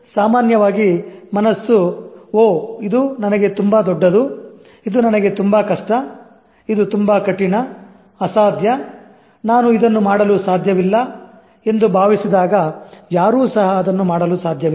ಸಾಮಾನ್ಯವಾಗಿ ಮನಸ್ಸು ಓ ಇದು ನನಗೆ ತುಂಬಾ ದೊಡ್ಡದು ಇದು ನನಗೆ ತುಂಬಾ ಕಷ್ಟ ಇದು ತುಂಬಾ ಕಠಿಣ ಅಸಾಧ್ಯ ನಾನು ಇದನ್ನು ಮಾಡಲು ಸಾಧ್ಯವಿಲ್ಲ ಎಂದು ಭಾವಿಸಿದಾಗ ಯಾರೂ ಸಹ ಅದನ್ನು ಮಾಡಲು ಸಾಧ್ಯವಿಲ್ಲ